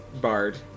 bard